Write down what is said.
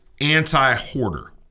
anti-hoarder